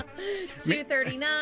239